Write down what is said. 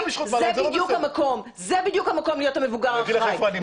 זה בדיוק המקום להיות המבוגר האחראי.